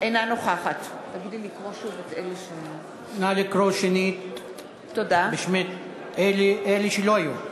אינה נוכחת נא לקרוא שנית בשמות אלה שלא היו.